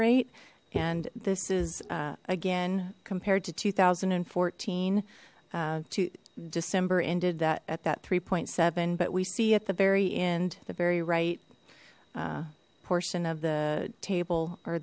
rate and this is again compared to two thousand and fourteen to december ended that at that three seven but we see at the very end the very right portion of the table or